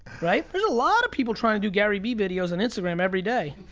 right? there's a lot of people trying to do gary v videos on instagram every day,